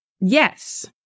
Yes